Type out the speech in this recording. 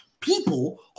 People